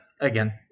Again